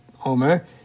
Homer